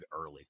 early